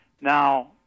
Now